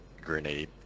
grenade